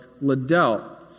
Liddell